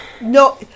No